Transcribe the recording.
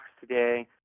today